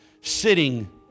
sitting